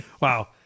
wow